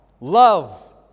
love